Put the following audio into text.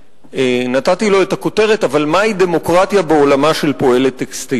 ונתתי לו את הכותרת: "אבל מהי דמוקרטיה בעולמה של פועלת טקסטיל?"